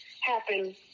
happen